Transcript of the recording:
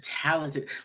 talented